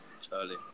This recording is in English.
Charlie